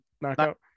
knockout